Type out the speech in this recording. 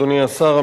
אדוני השר,